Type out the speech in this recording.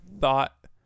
thought